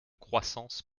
croissance